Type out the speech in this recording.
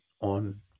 on